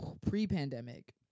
pre-pandemic